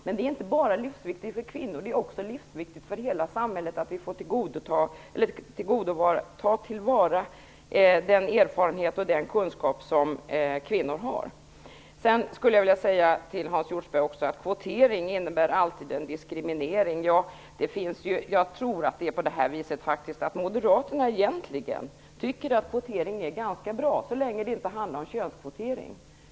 Det är också livsviktigt för hela samhället att vi får ta till vara den erfarenhet och kunskap som kvinnor har. Hans Hjortzberg-Nordlund säger att kvotering alltid innebär en diskriminering. Jag tror att moderaterna egentligen tycker att kvotering är gannska bra så länge det inte handlar om könskvotering.